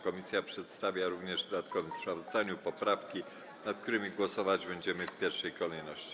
Komisja przedstawia również w dodatkowym sprawozdaniu poprawki, nad którymi głosować będziemy w pierwszej kolejności.